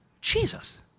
Jesus